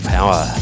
Power